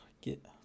Get